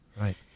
Right